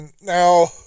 Now